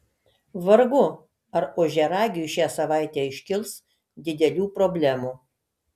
vargu ar ožiaragiui šią savaitę iškils didelių problemų